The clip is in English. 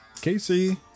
Casey